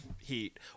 heat